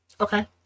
okay